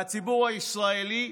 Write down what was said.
והציבור הישראלי,